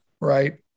right